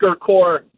core –